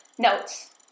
notes